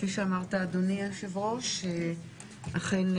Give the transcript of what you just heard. אז כפי שאמרת,